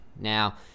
Now